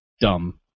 dumb